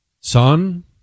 son